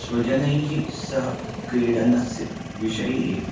स्वजनैः सह क्रीडनस्य विषये